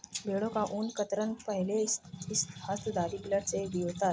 भेड़ों का ऊन कतरन पहले हस्तधारी ब्लेड से भी होता है